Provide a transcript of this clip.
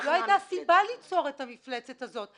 לא הייתה סיבה ליצור את המפלצת הזאת.